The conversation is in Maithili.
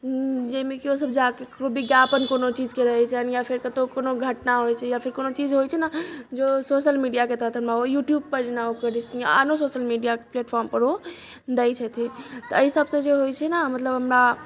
जाहिमे कि ओसब जाकए केकरो विज्ञापन कोनो चीज के रहै छनि या फेर कतौ कोनो घटना होइ छै या फेर कोनो चीज होइ छै न जे ओ सोशल मीडियाके तहत हमरा ओ यूट्यूब पर जेना ओ करै छथिन आनो सोशल मीडिया प्लेटफार्म पर ओ दै छथिन तऽ एहिसबसँ जे होइ छै ने मतलब हमरा